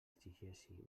exigeixi